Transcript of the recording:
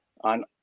on